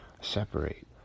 separate